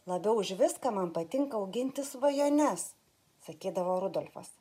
labiau už viską man patinka auginti svajones sakydavo rudolfas